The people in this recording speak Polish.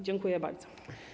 Dziękuję bardzo.